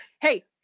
Hey